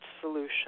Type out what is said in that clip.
solution